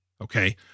Okay